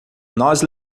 nós